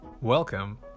welcome